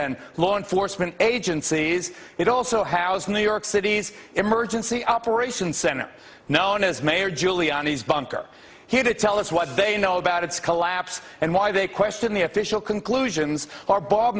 and law enforcement agencies it also housed new york city's emergency operations center known as mayor giuliani's bunker here to tell us what they know about its collapse and why they question the official conclusions are bob